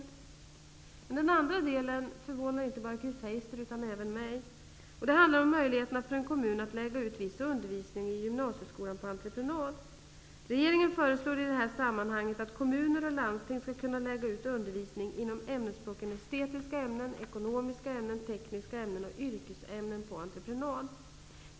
Det är för det andra -- och det förvånar inte bara Chris Heister utan även mig -- möjligheterna för en kommun att lägga ut viss undervisning i gymnasieskolan på entreprenad. Regeringen föreslår i det här sammanhanget att kommuner och landsting skall kunna lägga ut undervisning inom ämnesblocken estetiska ämnen, ekonomiska ämnen, tekniska ämnen och yrkesämnen på entreprenad.